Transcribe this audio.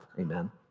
Amen